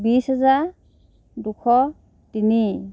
বিশ হাজাৰ দুশ তিনি